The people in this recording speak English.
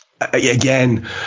again